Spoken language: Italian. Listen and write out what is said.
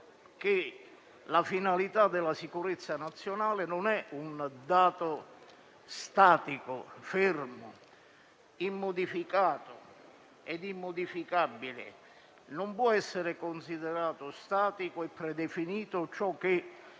la finalità della sicurezza nazionale non è un dato statico, fermo, immodificato e immodificabile. Non può essere considerato statico e predefinito ciò che